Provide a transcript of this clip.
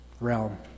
realm